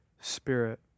Spirit